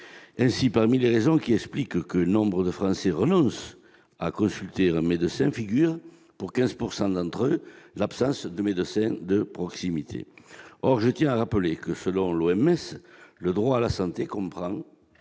Ainsi, parmi les raisons qui expliquent que nombre de Français renoncent à consulter un médecin figure, pour 15 % d'entre eux, l'absence de médecin de proximité. Or, je tiens à le rappeler, selon l'Organisation